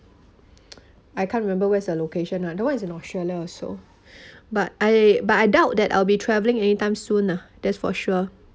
I can't remember where's the location ah that one is in australia also but I but I doubt that I'll be travelling anytime soon ah that's for sure